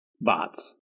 bots